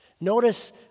Notice